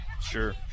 Sure